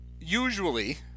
Usually